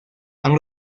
han